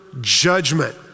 judgment